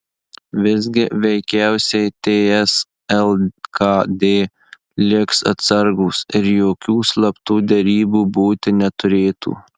visgi veikiausiai ts lkd liks atsargūs ir jokių slaptų derybų būti neturėtų